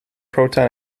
proton